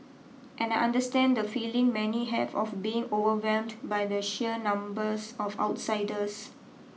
and I understand the feeling many have of being overwhelmed by the sheer numbers of outsiders